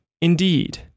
indeed